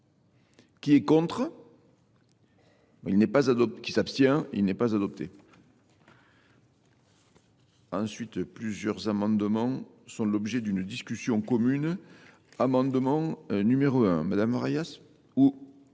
Qui est contre ? Qui s'abstient ? Il n'est pas adopté. Ensuite, plusieurs amendements sont l'objet d'une discussion commune. Merci monsieur